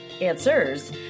answers